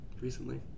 recently